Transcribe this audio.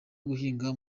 guhinga